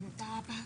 תודה רבה.